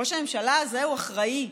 ראש הממשלה הזה הוא אחראי,